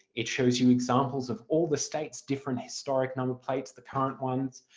it shows you examples of all the states' different historic number plates, the current ones,